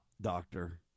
doctor